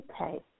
Okay